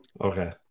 Okay